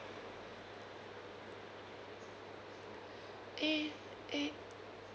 eh eh